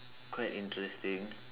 quite interesting